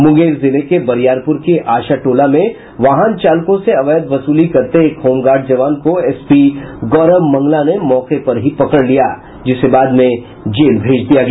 मुंगेर जिले बरियारपुर के आशा टोला में वाहन चालकों से अवैध वसूली करते एक होमगार्ड जवान को एसपी गौरव मंगला ने मौके पर ही पकड़ लिया जिसे बाद में जेल भेज दिया गया